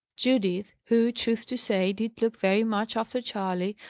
judith who, truth to say, did look very much after charley,